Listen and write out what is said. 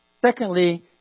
Secondly